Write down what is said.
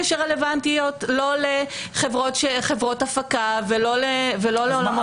שרלוונטיות לא לחברות הפקה ולא לעולמות המכרזים.